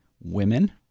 women